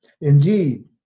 Indeed